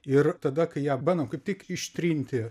ir tada kai ją bandom kaip tik ištrinti